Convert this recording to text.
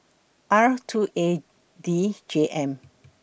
R two A D J M